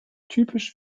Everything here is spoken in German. typisch